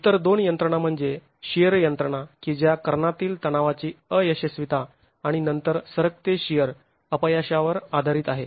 इतर दोन यंत्रणा म्हणजे शिअर यंत्रणा की ज्या कर्णातील तणावाची अयशस्विता आणि नंतर सरकते शिअर अपयशावर आधारित आहे